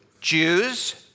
Jews